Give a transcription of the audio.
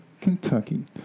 Kentucky